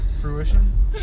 Fruition